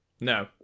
No